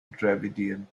dravidian